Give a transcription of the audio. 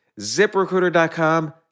ZipRecruiter.com